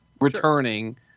returning